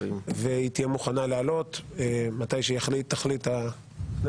והיא תהיה מוכנה לעלות מתי שתחליט הכנסת,